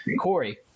Corey